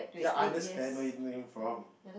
ya I understand where you're coming from